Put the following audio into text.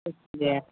जेखुनजाया